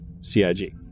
CIG